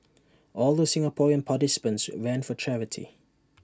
all the Singaporean participants ran for charity